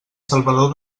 salvador